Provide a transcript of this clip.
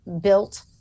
built